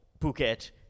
Phuket